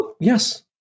yes